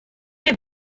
have